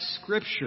Scripture